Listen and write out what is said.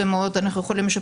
אנחנו יכולים להתקין מצלמות,